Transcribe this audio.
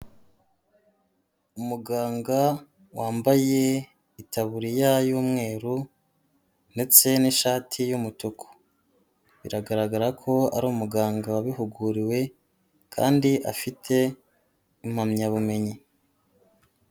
Umuganga wambaye itaburiya y'umweru ndetse n'ishati y'umutuku, biragaragara ko ari umuganga wabihuguriwe kandi afite impamyabumenyi.